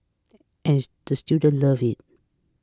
and the students love it